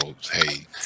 hey